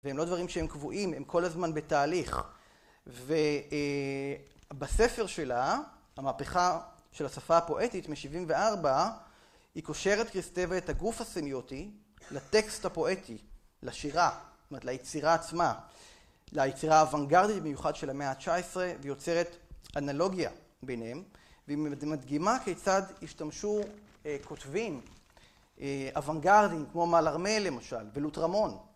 והם לא דברים שהם קבועים הם כל הזמן בתהליך ובספר שלה המהפכה של השפה הפואטית מ-74 היא קושרת קריסטבה את הגוף הסמיוטי לטקסט הפואטי, לשירה, זאת אומרת ליצירה עצמה, ליצירה אבנגרדית במיוחד של המאה ה-19 והיא יוצרת אנלוגיה ביניהם ומדגימה כיצד השתמשו כותבים אבנגרדים כמו מאלרמה למשל ולוטרמון